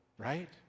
Right